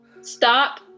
Stop